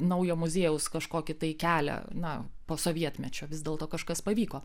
naujo muziejaus kažkokį tai kelią na po sovietmečio vis dėlto kažkas pavyko